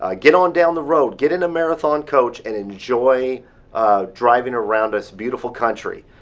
ah get on down the road. get in a marathon coach, and enjoy driving around this beautiful country.